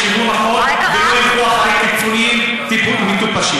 יחשבו, החוק, ולא ילכו אחרי קיצוניים מטופשים.